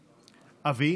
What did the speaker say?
מאיר,